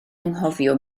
anghofio